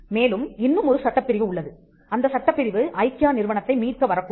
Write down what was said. மேலும் இன்னுமொரு சட்டப்பிரிவு உள்ளது அந்த சட்டப்பிரிவு ஐக்கியா நிறுவனத்தை மீட்க வரக்கூடும்